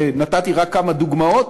נתתי רק כמה דוגמאות.